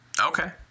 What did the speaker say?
Okay